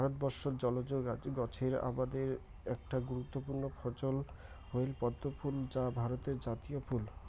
ভারতবর্ষত জলজ গছের আবাদের একটা গুরুত্বপূর্ণ ফছল হইল পদ্মফুল যা ভারতের জাতীয় ফুল